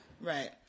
Right